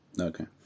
Okay